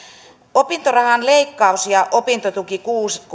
opintorahan leikkaus ja opintotukikuukausien